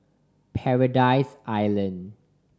Paradise Island